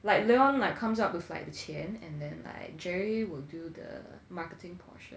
like leon like comes up with like the 钱 and then like jerry would do the marketing portion